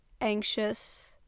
anxious